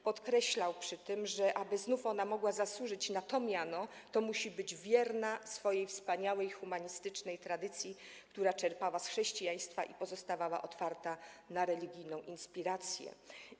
Podkreślał przy tym, że aby ona mogła znów zasłużyć na to miano, musi być wierna swojej wspaniałej humanistycznej tradycji, która czerpała z chrześcijaństwa i pozostawała otwarta na religijną inspirację.